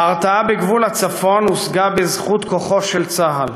ההרתעה בגבול הצפון הושגה בזכות כוחו של צה"ל,